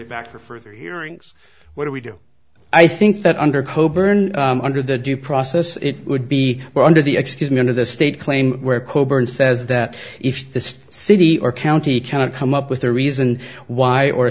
it back for further hearings what do we do i think that under coburn under the due process it would be well under the excuse me under the state claim where coburn says that if the city or county cannot come up with a reason why or